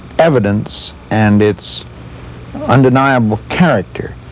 evidence and its undeniable character.